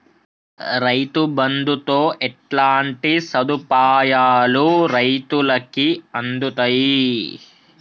రైతు బంధుతో ఎట్లాంటి సదుపాయాలు రైతులకి అందుతయి?